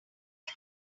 can